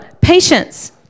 patience